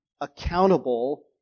accountable